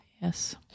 Yes